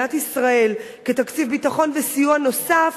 למדינת ישראל כתקציב ביטחון וסיוע נוסף,